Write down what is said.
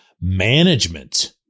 management